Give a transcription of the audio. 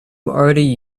already